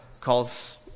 calls